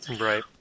Right